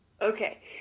Okay